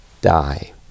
die